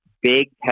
big